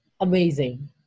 amazing